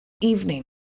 evening